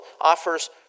offers